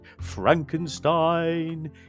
Frankenstein